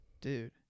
Dude